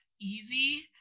easy